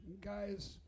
Guy's